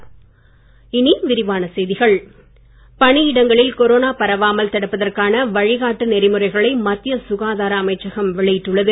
சுகாதார அமைச்சகம் பணியிடங்களில் கொரோனா பரவாமல் தடுப்பதற்கான வழிகாட்டு நெறிமுறைகளை மத்திய சுகாதார அமைச்சகம் வெளியிட்டுள்ளது